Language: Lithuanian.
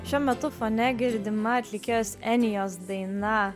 šiuo metu fone girdima atlikėjos enijos daina